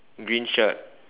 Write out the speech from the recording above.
green shirt